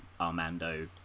Armando